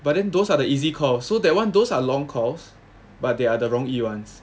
but then those are the easy call so that one those are long calls but there are the 容易 ones